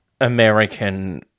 American